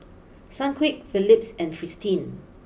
Sunquick Phillips and Fristine